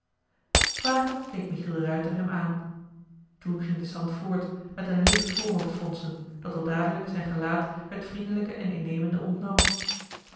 michiel de ruijter hem aan toen ging de sant voort met een licht voorhoofdjoh h been paddeltje de scheepsjongen van michiel de ruijter fronsen dat al dadelijk zijn gelaat het vriendelijke en innemende ontnam